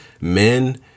men